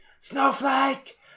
Snowflake